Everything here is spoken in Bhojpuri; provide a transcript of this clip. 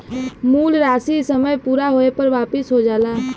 मूल राशी समय पूरा होये पर वापिस हो जाला